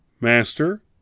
Master